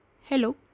Hello